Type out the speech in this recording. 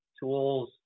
tools